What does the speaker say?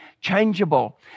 changeable